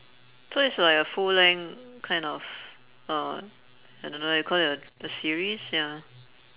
so it's like a full length kind of uh I don't know what you call that a series ya